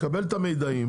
נקבל את המידע,